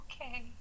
Okay